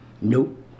Nope